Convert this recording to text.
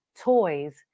toys